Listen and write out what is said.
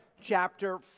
chapter